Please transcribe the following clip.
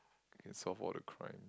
can solve all the crime